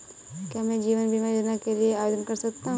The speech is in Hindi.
क्या मैं जीवन बीमा योजना के लिए आवेदन कर सकता हूँ?